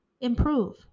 improve